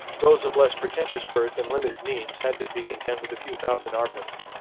those of less pretentious birth and limited means had to be content with a few thousand arpents.